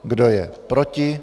Kdo je proti?